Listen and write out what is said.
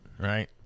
right